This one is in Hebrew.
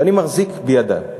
שאני מחזיק בידי.